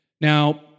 Now